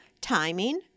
timing